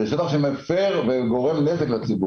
הוא גורם רק נזק לציבור.